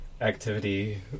activity